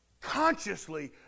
Consciously